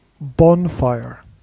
bonfire